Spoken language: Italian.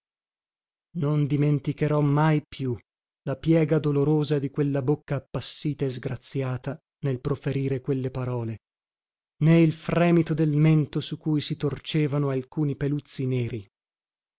non dimenticherò mai più la piega dolorosa di quella bocca appassita e sgraziata nel proferire quelle parole né il fremito del mento su cui si torcevano alcuni peluzzi neri